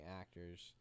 actors